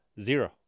Zero